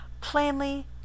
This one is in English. Plainly